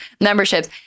memberships